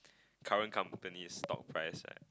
current company stock price right